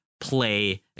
play